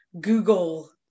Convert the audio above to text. Google